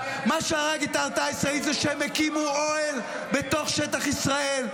מה שהרג את ההרתעה הישראלית זה שהם הקימו אוהל בתוך שטח ישראל,